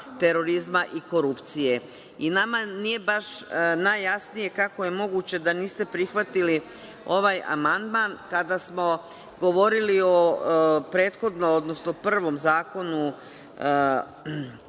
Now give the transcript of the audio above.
terorizma i korupcije. Nama nije baš najjasnije kako je moguće da niste prihvatili ovaj amandman, kada smo govorili prethodno, odnosno o prvom zakonu,